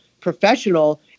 professional